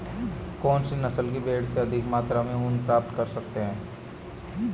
कौनसी नस्ल की भेड़ से अधिक मात्रा में ऊन प्राप्त कर सकते हैं?